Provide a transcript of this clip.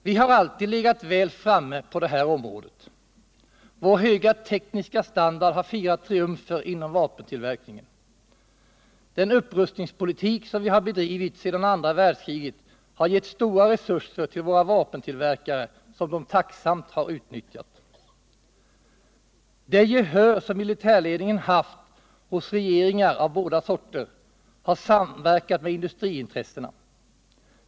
Vi har alltid legat väl framme på det här området. Vår höga tekniska standard har firat triumfer inom vapentillverkningen. Den upprustningspolitik som vi har bedrivit sedan andra världskriget har gett stora resurser till våra vapentillverkare, som de tacksamt har utnyttjat. Det gehör som militärledningen haft hos regeringarna av båda sorter har samverkat med industriintressena.